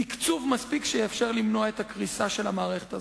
תקצוב מספיק שיאפשר למנוע את הקריסה של המערכת הזאת.